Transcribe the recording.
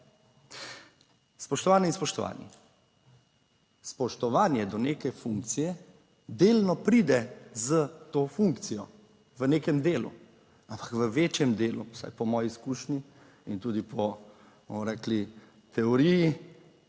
Spoštovane in spoštovani! Spoštovanje do neke funkcije, delno pride s to funkcijo v nekem delu, ampak v večjem delu, vsaj po moji izkušnji in tudi po, bomo rekli, teoriji,